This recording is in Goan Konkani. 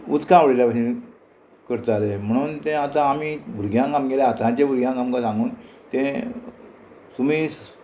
उचकां उडल्या भशेन करताले म्हणून तें आतां आमी भुरग्यांक आमगेले आतांचे भुरग्यांक आमकां सांगून तें तुमी